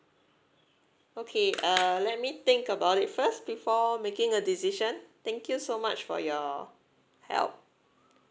okay uh let me think about it first before making a decision thank you so much for your help